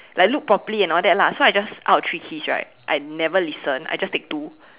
like look properly and all that lah so I just out of three keys right I never listen I just take two